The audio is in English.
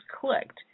clicked